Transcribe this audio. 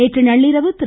நேற்று நள்ளிரவு திரு